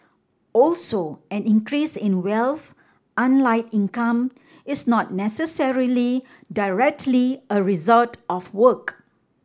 also an increase in wealth unlike income is not necessarily directly a result of work